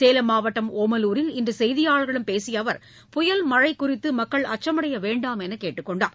சேலம் மாவட்டம் ஒமலூரில் இன்று செய்தியாளர்களிடம் பேசிய அவர் புயல் மழை குறித்து மக்கள் அச்சமடைய வேண்டாம் என்று கேட்டுக் கொண்டார்